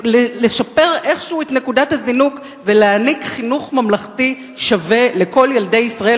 לשפר איכשהו את נקודת הזינוק ולהעניק חינוך ממלכתי שווה לכל ילדי ישראל,